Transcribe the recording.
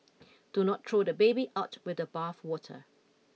do not throw the baby out with the bathwater